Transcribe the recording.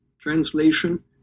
translation